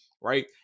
right